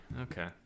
Okay